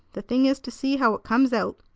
the thing is to see how it comes out.